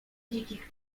dzikich